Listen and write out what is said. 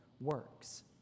works